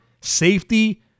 safety